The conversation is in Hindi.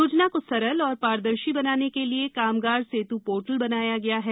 योजना को सरल एवं पारदर्शी बनाने के लिए कामगार सेतु पोर्टल बनाया गया है